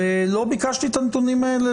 ולא ביקשתי את הנתונים האלה.